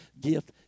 gift